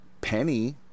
Penny